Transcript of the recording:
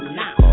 now